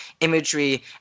imagery